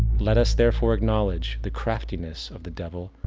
let us therefore acknowledge the craftiness of the devil,